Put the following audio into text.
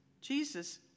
Jesus